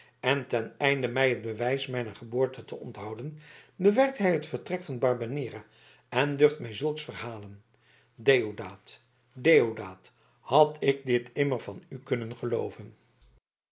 en ten einde mij het bewijs mijner geboorte te onthouden bewerkt hij het vertrek van barbanera en durft mij zulks verhalen deodaat deodaat had ik dit immer van u kunnen gelooven